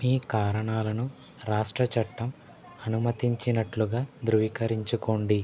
మీ కారణాలను రాష్ట్ర చట్టం అనుమతించినట్లుగా ధృవీకరించుకోండి